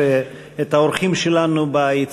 אחוז הערבים בוועד